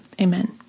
Amen